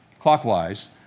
clockwise